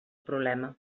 problema